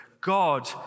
God